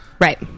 Right